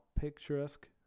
picturesque